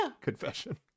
confession